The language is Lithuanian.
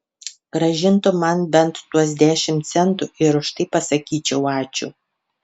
grąžintų man bent tuos dešimt centų ir už tai pasakyčiau ačiū